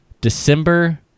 December